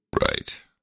right